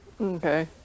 okay